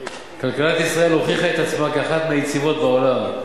כלכלת ישראל הוכיחה את עצמה כאחת מהיציבות בעולם.